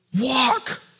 walk